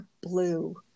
blue